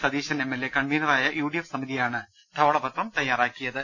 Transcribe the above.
Satheesan M L A കൺവീനറായ U D F സമിതിയാണ് ധവളപത്രം തയ്യാ റാക്കിയത്